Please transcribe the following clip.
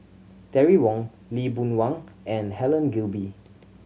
Terry Wong Lee Boon Wang and Helen Gilbey